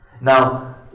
Now